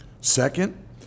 Second